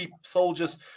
soldiers